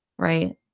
right